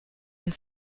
and